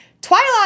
Twilight